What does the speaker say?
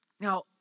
Now